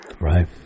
right